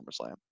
SummerSlam